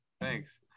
Thanks